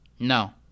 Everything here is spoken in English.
No